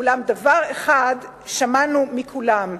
אולם דבר אחד שמענו מכולם: